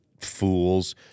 fools